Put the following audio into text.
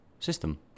system